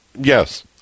Yes